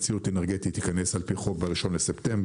נצילות אנרגטית ייכנס על פי חוק ב-1 בספטמבר,